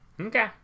Okay